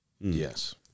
Yes